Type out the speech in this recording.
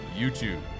YouTube